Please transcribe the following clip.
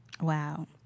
Wow